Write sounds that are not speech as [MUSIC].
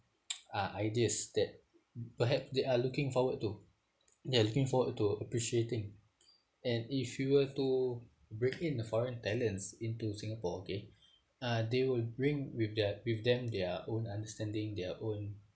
uh [NOISE] ideas that perhaps they are looking forward to they are looking forward to appreciating and if you were to bring in the foreign talents into singapore okay uh they will bring with their with them their own understanding their own